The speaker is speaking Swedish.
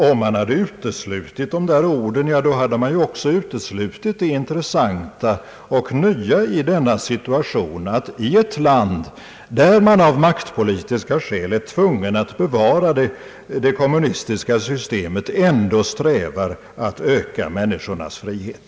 Om man uteslutit de där orden, hade man också uteslutit det intressanta och nya i denna situation — att regimen i ett land där maktpolitiska skäl gör det nödvändigt att bevara det kommunistiska systemet ändå strävar att öka människornas frihet.